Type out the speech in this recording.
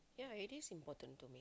yeah it is important to me